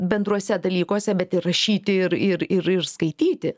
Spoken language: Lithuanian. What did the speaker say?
bendruose dalykuose bet ir rašyti ir ir ir ir skaityti